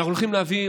אנחנו הולכים להביא,